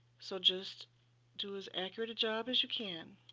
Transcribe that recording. so just do as accurate a job as you can,